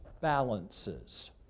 balances